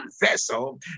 vessel